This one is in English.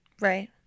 Right